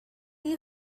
you